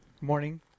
Morning